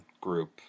group